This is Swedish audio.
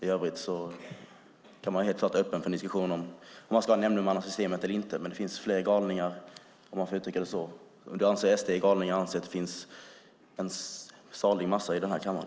I övrigt kan man helt klart vara öppen för en diskussion om ifall vi ska ha nämndemannasystemet eller inte. Men det finns fler galningar, om man får uttrycka sig så. Om Maria Abrahamsson anser att SD är galningar anser jag att det finns en salig massa i denna kammare.